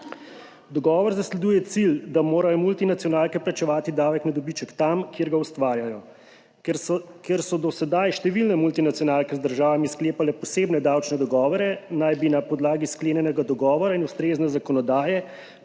Dogovor zasleduje cilj, da morajo multinacionalke plačevati davek na dobiček tam, kjer ga ustvarjajo. Kjer so do sedaj številne multinacionalke z državami sklepale posebne davčne dogovore, naj bi na podlagi sklenjenega dogovora in ustrezne zakonodaje